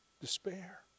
despair